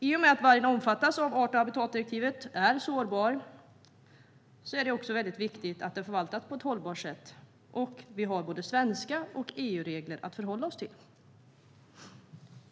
I och med att vargen omfattas av art och habitatdirektivet och är sårbar är det väldigt viktigt att den förvaltas på ett hållbart sätt. Vi har både svenska regler och EU-regler att förhålla oss till.